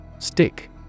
Stick